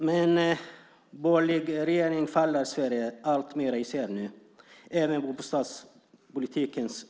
Den borgerliga regeringen i Sverige faller alltmer isär nu, även på bostadspolitikens område.